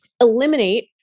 eliminate